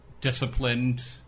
disciplined